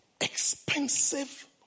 expensive